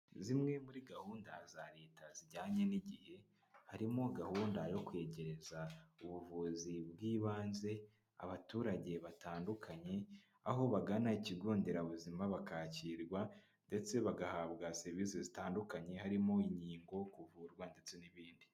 Zimwe muri gahunda za leta zijyanye n'igihe harimo gahunda yo kwegereza ubuvuzi bw'ibanze abaturage batandukanye, aho bagana ikigo nderabuzima bakakirwa. ndetse bagahabwa serivisi zitandukanye harimo inkingo, kuvurwa ndetse n'ibindi.